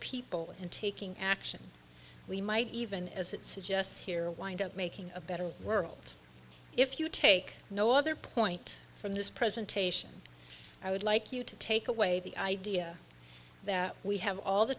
people and taking action we might even as it suggests here wind up making a better world if you take no other point from this presentation i would like you to take away the idea that we have all the